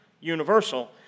universal